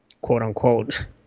quote-unquote